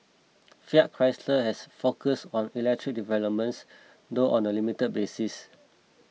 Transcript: Fiat Chrysler has focused on electric developments though on a limited basis